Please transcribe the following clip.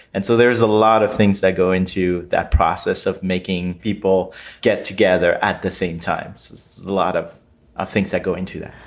and so there is a lot of things that go into that process of making people get together at the same time a so lot of ah things that go into that.